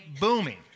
booming